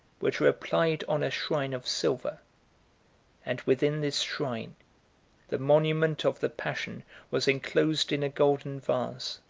which were applied on a shrine of silver and within this shrine the monument of the passion was enclosed in a golden vase.